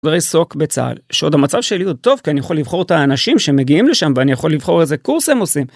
בריסוק בצהל שעוד המצב שלי הוא טוב כי אני יכול לבחור את האנשים שמגיעים לשם ואני יכול לבחור איזה קורס הם עושים.